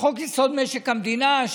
משק המדינה,